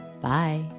Bye